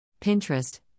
Pinterest